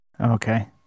Okay